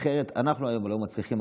הרי אנחנו היום לא מצליחים,